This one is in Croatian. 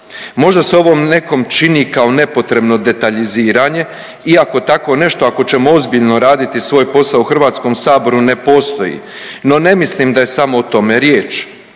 Možda se ovo nekom čini kao nepotrebno detaljiziranje iako tako nešto ako ćemo ozbiljno raditi svoj posao u Hrvatskom saboru ne postoji, no ne mislim da je samo o tome riječ.